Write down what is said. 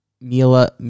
Mila